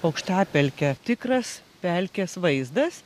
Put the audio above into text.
aukštapelke tikras pelkės vaizdas